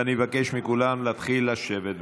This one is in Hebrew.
ואני מבקש מכולם להתחיל לשבת.